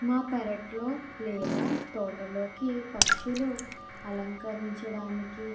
మా పెరట్లో లేదా తోటలోకి పక్షులు అలంకరించడానికి